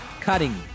cutting